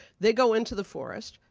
they go into the forest.